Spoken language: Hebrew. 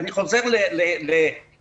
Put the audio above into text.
אני חוזר להתחלה.